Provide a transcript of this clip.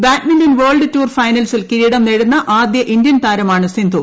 badminton world tour ഫൈനൽസിൽ കിരീടം നേടുന്ന ആദ്യ ഇന്ത്യൻ താരമാണ് സിന്ധു